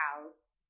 house